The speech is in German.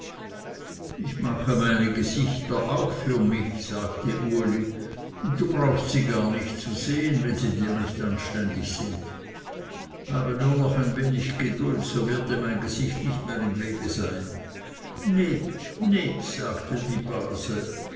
ich mache meine gesichter auch für mich sagte uli und du brauchst sie gar nicht zu sehen wenn sie dir nicht anständig sind habe nur noch ein wenig geduld so wird dir mein gesicht nicht mehr im wege sein nit nit sagte die base